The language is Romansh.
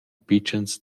pitschens